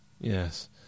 Yes